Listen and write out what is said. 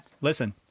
listen